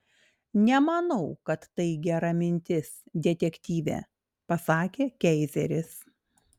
nemanau kad tai gera mintis detektyve pasakė keizeris